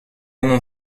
non